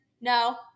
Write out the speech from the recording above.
no